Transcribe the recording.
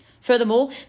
Furthermore